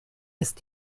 ist